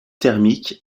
thermique